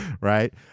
Right